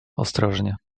ostrożnie